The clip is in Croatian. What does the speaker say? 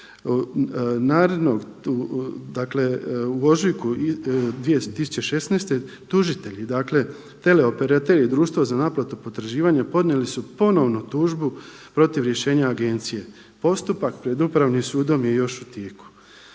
u ožujku 2016. tužitelji, dakle teleoperater i društvo za naplatu potraživanja podnijeli su ponovno tužbu protiv rješenja agencije. Postupak pred Upravnim sudom je još u tijeku.